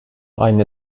aynı